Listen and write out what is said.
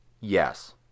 Yes